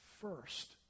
first